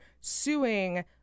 suing